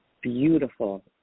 beautiful